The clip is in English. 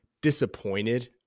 disappointed